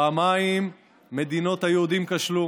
פעמיים מדינות היהודים כשלו,